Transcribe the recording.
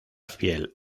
fiel